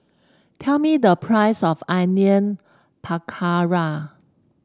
tell me the price of Onion Pakora